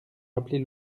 rappeler